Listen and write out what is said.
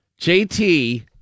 JT